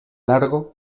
largo